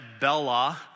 Bella